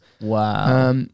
Wow